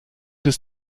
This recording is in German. des